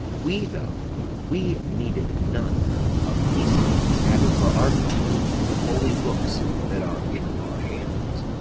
we, though we needed none of these things having for our comfort the holy books that are in our hands,